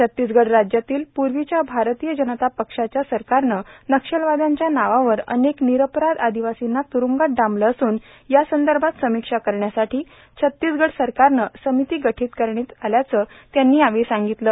छत्तीसगढ राज्यातील पूर्वीच्या भारतीय जनता पक्षाच्या सरकारनं नक्षलवाद्यांच्या नावावर अनेक निरपराध आदिवार्सींना तुरूंगात डांबलं असून या संदर्भात समिक्षा करण्यासाठी छत्तीसगढ सरकारनं समिती कठित करण्यात आल्याचं मुख्यमंत्री भूपेष बघेल यांनी यावेळी सांगितलं